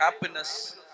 happiness